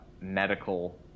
medical